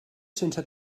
sense